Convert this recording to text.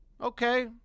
Okay